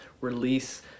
release